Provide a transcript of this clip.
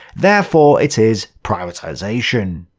therefore it is privatization.